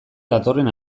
datorren